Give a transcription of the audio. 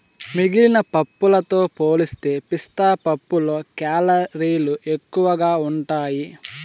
మిగిలిన పప్పులతో పోలిస్తే పిస్తా పప్పులో కేలరీలు ఎక్కువగా ఉంటాయి